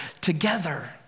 together